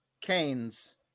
Canes